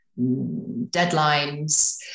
deadlines